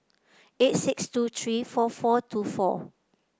eight six two three four four two four